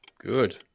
Good